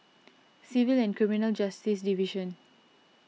Civil and Criminal Justice Division